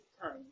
time